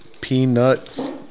peanuts